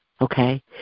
okay